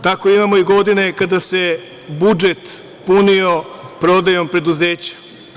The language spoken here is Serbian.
Tako imamo i godine kada se budžet punio prodajom preduzeća.